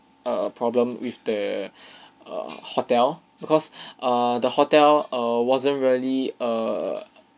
err problem with the err hotel because err the hotel err wasn't really err